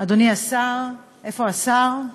אדוני השר, איפה השר?